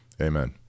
Amen